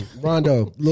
Rondo